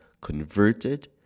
converted